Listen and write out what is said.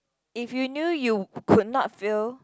if you knew you could not fail